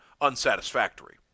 unsatisfactory